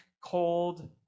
cold